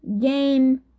game